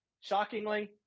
Shockingly